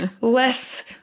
less